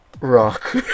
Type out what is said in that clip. Rock